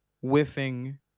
whiffing